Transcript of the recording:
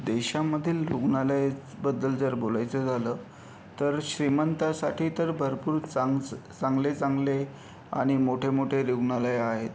देशामधील रुग्णालयबद्दल जर बोलायचं झालं तर श्रीमंतासाठी तर भरपूर चांग चांगले चांगले आणि मोठे मोठे रुग्णालयं आहेत